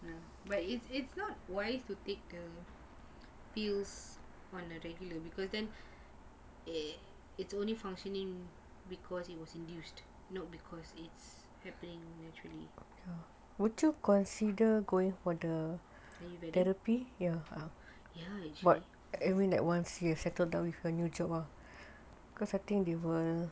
but it's it's not wise to take pills on a regular because then eh it's only functioning because it was induced not because it's happening naturally therapy yes actually